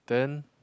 then